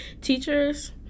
Teachers